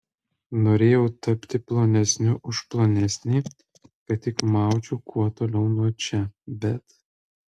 norėjau tapti plonesniu už plonesnį kad tik maučiau kuo toliau nuo čia bet